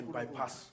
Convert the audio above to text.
bypass